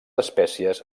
espècies